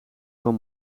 voor